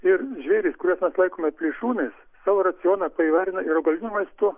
ir žvėrys kuriuos kuriuos mes laikome plėšrūnais savo racioną paįvairina ir augaliniu maistu